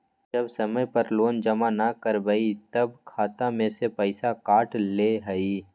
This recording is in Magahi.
जब समय पर लोन जमा न करवई तब खाता में से पईसा काट लेहई?